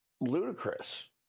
ludicrous